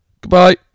Goodbye